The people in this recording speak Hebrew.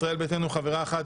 לישראל ביתנו חברה אחת,